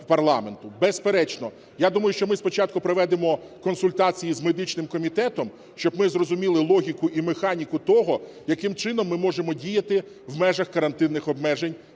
Безперечно, я думаю, що ми спочатку проведемо консультації з медичним комітетом, щоб ми зрозуміли логіку і механіку того, яким чином ми можемо діяти в межах карантинних обмежень